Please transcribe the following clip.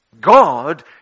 God